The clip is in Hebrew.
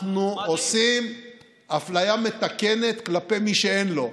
אנחנו עושים אפליה מתקנת כלפי מי שאין לו,